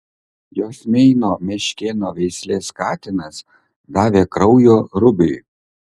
jos meino meškėno veislės katinas davė kraujo rubiui